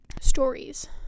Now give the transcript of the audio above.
stories